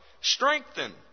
Strengthen